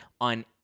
on